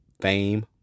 fame